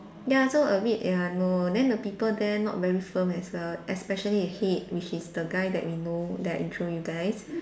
ya so a bit ya no then the people there not very firm as well especially the head which is the guy that we know that I intro you guys